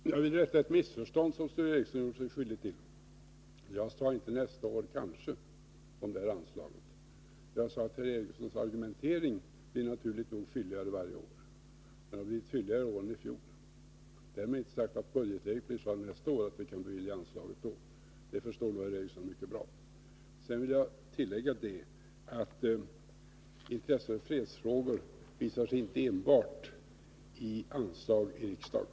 Herr talman! Jag vill rätta till ett missförstånd som Sture Ericson har gjort sig skyldig till. Jag sade inte att vi kanske kan bevilja anslaget nästa år. Jag sade att herr Ericsons argumentering naturligt nog blir fylligare för varje år; den är fylligare i år än den var i fjol. Därmed inte sagt att budgetläget nästa år är sådant att vi kan bevilja anslaget då — det förstår nog herr Ericson mycket bra. Jag vill tillägga att intresset för fredsfrågor inte visar sig enbart genom anslag i riksdagen.